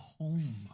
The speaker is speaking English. home